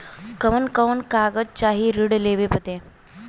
कवन कवन कागज चाही ऋण लेवे बदे?